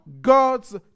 God's